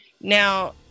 Now